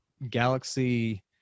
galaxy